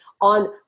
on